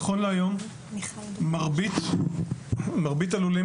נכון להיום, מרבית הלולים